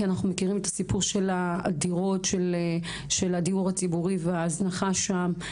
כי אנחנו מכירים את סיפור הדירות של הדיור הציבורי וההזנחה שם.